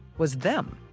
was them.